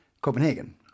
Copenhagen